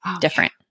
different